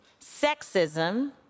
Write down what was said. sexism